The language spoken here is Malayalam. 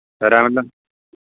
തരാമല്ലോ